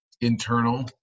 internal